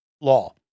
law